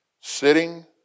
sitting